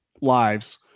lives